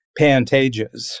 Pantages